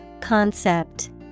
Concept